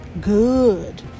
Good